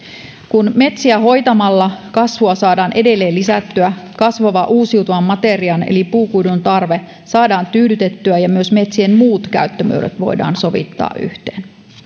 kun metsiä hoitamalla kasvua saadaan edelleen lisättyä kasvava uusiutuvan materian eli puukuidun tarve saadaan tyydytettyä ja myös metsien muut käyttömuodot voidaan sovittaa yhteen